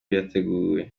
yateguwe